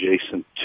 adjacent